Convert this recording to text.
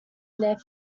their